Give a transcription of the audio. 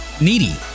needy